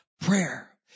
prayer